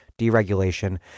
deregulation